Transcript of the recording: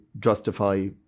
justify